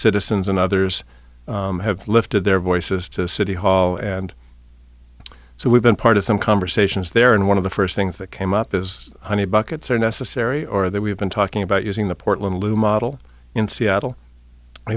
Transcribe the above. citizens and others have lifted their voices to the city hall and so we've been part of some conversations there and one of the first things that came up was honey buckets are necessary or that we've been talking about using the portland loo model in seattle i